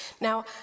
Now